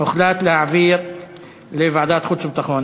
הוחלט להעביר לוועדת חוץ וביטחון.